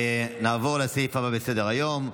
נעבור לסעיף הבא בסדר-היום,